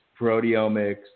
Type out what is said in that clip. proteomics